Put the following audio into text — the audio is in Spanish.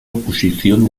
oposición